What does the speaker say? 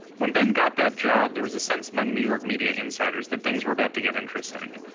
when ben got that job, there was a sense among new york media insiders that things were about to get interesting.